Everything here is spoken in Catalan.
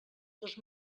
dos